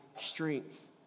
strength